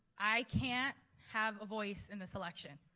i can't have a voice in this election.